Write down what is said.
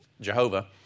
Jehovah